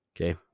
Okay